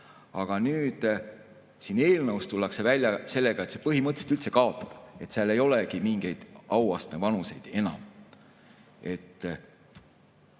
Aga eelnõus tullakse välja sellega, et see põhimõtteliselt üldse kaotada, et ei olegi mingeid auastme vanuseid enam.